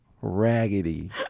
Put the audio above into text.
Raggedy